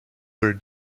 were